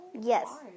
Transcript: Yes